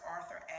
Arthur